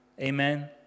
Amen